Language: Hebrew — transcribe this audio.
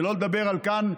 שלא לדבר על כאן,